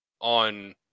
on